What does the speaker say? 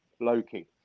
Loki